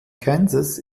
kansas